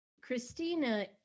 Christina